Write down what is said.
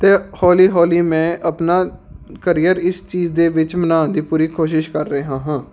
ਅਤੇ ਹੌਲੀ ਹੌਲੀ ਮੈਂ ਆਪਣਾ ਕਰੀਅਰ ਇਸ ਚੀਜ਼ ਦੇ ਵਿੱਚ ਬਣਾਉਣ ਦੀ ਪੂਰੀ ਕੋਸ਼ਿਸ਼ ਕਰ ਰਿਹਾ ਹਾਂ